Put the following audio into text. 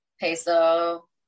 Peso